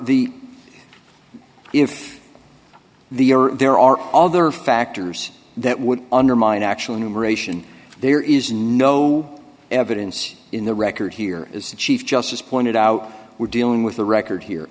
the if the there are all the other factors that would undermine actual enumeration there is no evidence in the record here as the chief justice pointed out we're dealing with the record here